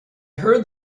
heard